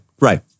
Right